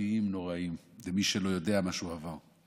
חברתיים נוראים, למי שלא יודע מה שהוא עבר.